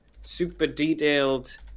super-detailed